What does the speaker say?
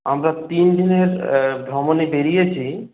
আমরা তিন দিনের ভ্রমণে বেরিয়েছি